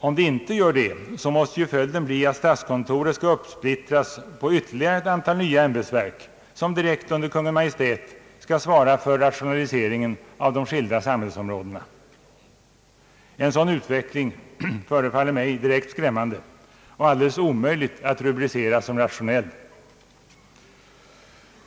Om det inte gör det, så måste ju följden bli att statskontoret uppsplittras på ytterligare ett antal nya ämbetsverk som direkt under Kungl. Maj:t skall svara för rationaliseringen på de skilda samhällsområdena. En sådan utveckling förefaller mig direkt skrämmande och alldeles omöjlig att rubricera som rationell.